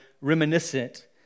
reminiscent